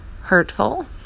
hurtful